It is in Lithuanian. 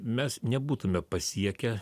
mes nebūtume pasiekę